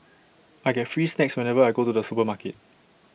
I get free snacks whenever I go to the supermarket